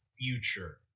Future